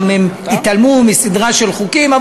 והם גם התעלמו מסדרה של חוקים,